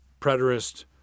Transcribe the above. preterist